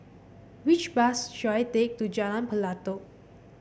which bus should I take to Jalan Pelatok